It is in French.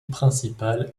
principale